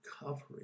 recovery